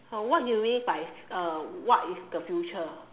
what do you mean by uh what is the future